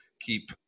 keep